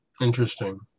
interesting